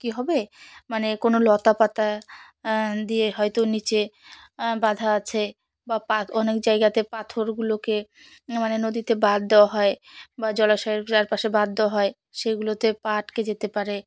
কী হবে মানে কোনো লতা পাতা দিয়ে হয়তো নিচে বাধা আছে বা পা অনেক জায়গাতে পাথরগুলোকে মানে নদীতে বাঁধ দেওয়া হয় বা জলাশয়ের চারপাশে বাঁধ দেওয়া হয় সেগুলোতে পা আটকে যেতে পারে